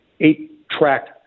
eight-track